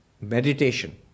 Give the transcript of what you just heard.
meditation